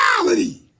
reality